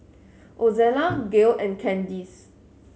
Ozella Gail and Candis